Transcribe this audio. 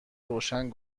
روشن